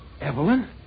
Evelyn